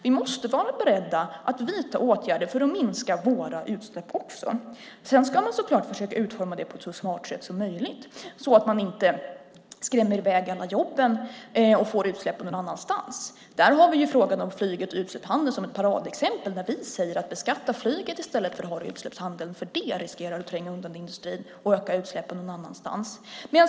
Vi måste vara beredda att vidta åtgärder för att minska våra utsläpp också. Sedan ska man så klart försöka utforma detta på ett så smart sätt som möjligt så att man inte skrämmer i väg alla jobben och får utsläppen någon annanstans. Där har vi frågan om flyget och utsläppshandeln som ett paradexempel. Där säger vi att man ska beskatta flyget i stället för att ha utsläppshandel eftersom den riskerar att tränga undan industrin och öka utsläppen någon annanstans.